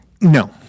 No